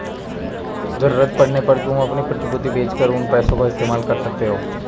ज़रूरत पड़ने पर तुम अपनी प्रतिभूति बेच कर उन पैसों का इस्तेमाल कर सकते हो